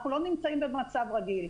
אנחנו לא נמצאים במצב רגיל.